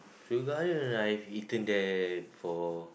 Seoul-garden i have eaten there before